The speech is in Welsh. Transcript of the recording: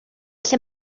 lle